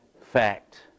fact